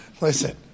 listen